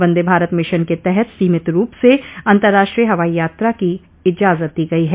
वंदे Bharat mission के तहत सीमित रूप से अंतर्राष्ट्रीय हवाई यात्रा की इजाजत दी गई है